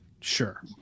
sure